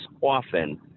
often